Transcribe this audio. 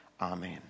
Amen